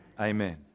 amen